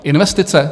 Investice?